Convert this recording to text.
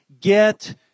Get